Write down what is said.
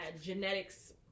genetics